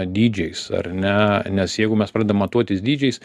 dydžiais ar ne nes jeigu mes pradedam matuotis dydžiais